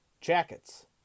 Jackets